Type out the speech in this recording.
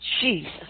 Jesus